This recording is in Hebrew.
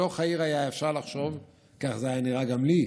בתוך העיר היה אפשר לחשוב, כך זה היה נראה גם לי,